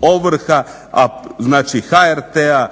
ovrha, znači HRT-a